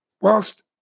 whilst